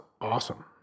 awesome